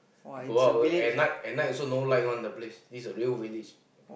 go out at night at night also no light one the place this a real village